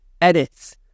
edits